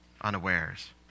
unawares